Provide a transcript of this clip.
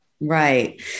Right